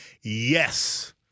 yes